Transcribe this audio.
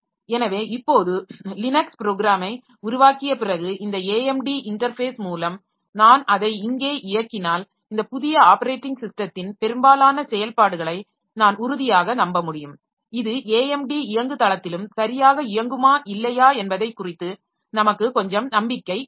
எனவே இப்போது லினக்ஸ் ப்ரோக்ராமை உருவாக்கிய பிறகு இந்த AMD இன்டர்ஃபேஸ் மூலம் நான் அதை இங்கே இயக்கினால் இந்த புதிய ஆப்பரேட்டிங் ஸிஸ்டத்தின் பெரும்பாலான செயல்பாடுகளை நான் உறுதியாக நம்ப முடியும் இது AMD இயங்குதளத்திலும் சரியாக இயங்குமா இல்லையா என்பதை குறித்து நமக்கு கொஞ்சம் நம்பிக்கை கிடைக்கும்